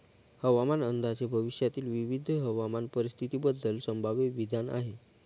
हवामान अंदाज हे भविष्यातील विविध हवामान परिस्थितींबद्दल संभाव्य विधान आहे